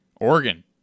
Oregon